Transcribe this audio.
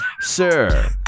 sir